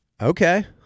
Okay